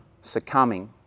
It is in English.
succumbing